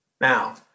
Now